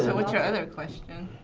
so what's your other question? i